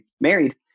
married